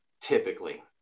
typically